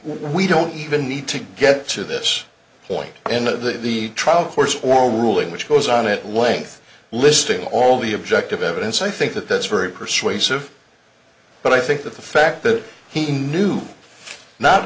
we don't even need to get to this point end of the the trial courts or ruling which goes on at length listing all the objective evidence i think that that's very persuasive but i think that the fact that he knew not